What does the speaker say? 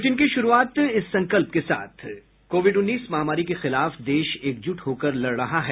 bulletin की शुरूआत से पहले ये संकल्प कोविड उन्नीस महामारी के खिलाफ देश एकजुट होकर लड़ रहा है